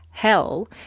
Hell